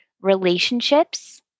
Relationships